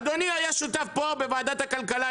אדוני היה שותף פה בוועדת כלכלה,